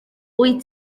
wyt